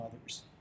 others